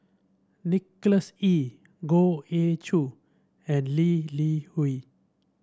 Nicholas Ee Goh Ee Choo and Lee Li Hui